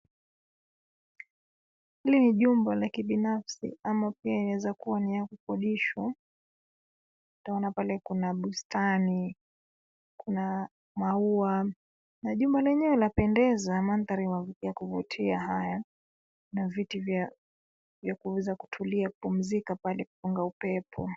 Hili ni jumba la kibinafsi ama pia inaweza kuwa ni ya kukodishwa. Twaona pale kuna bustani, kuna, maua, na jumba lenyewe lapendeza mandhari ya kuvutia haya, na viti vya, vyakuweza kutulia kupumzika pale kupunga upepo.